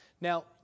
Now